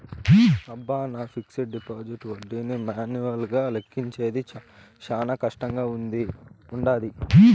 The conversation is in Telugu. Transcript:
అబ్బ, నా ఫిక్సిడ్ డిపాజిట్ ఒడ్డీని మాన్యువల్గా లెక్కించేది శానా కష్టంగా వుండాది